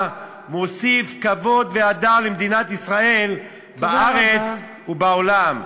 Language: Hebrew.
מוסיף כבוד והדר למדינת ישראל בארץ ובעולם.